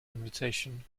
invitation